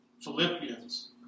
Philippians